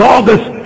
August